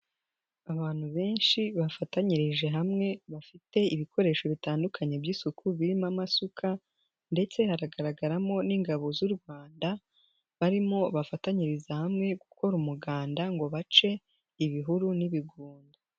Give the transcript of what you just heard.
Abantu benshi bafatanyirije hamwe bafite ibikoresho bitandukanye by'isuku birimo amasuka ndetse haragaragaramo n'Ingabo z'u Rwanda barimo bafatanyiriza hamwe gukora umuganda ngo bace ibihuru n'ibigunda.